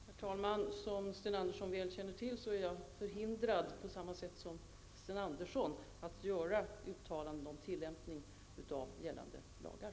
Herr talman! Som Sten Andersson i Malmö väl känner till är jag förhindrad, på samma sätt som Sten Andersson, att göra uttalanden om tillämpning av gällande lagar.